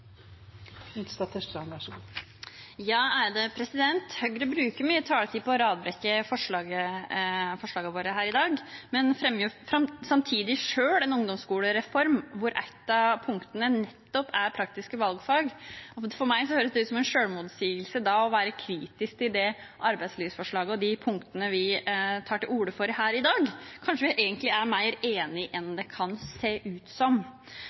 Høyre bruker mye taletid på å radbrekke forslagene våre her i dag, men fremmer samtidig selv en ungdomsskolereform hvor et av punktene nettopp er praktiske valgfag. For meg høres det ut som en selvmotsigelse da å være kritisk til det arbeidslivsforslaget og de punktene vi tar til orde for her i dag. Kanskje vi egentlig er mer enige enn det kan se ut som.